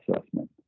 assessment